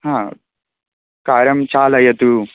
हा कारं चालयतु